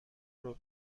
ربع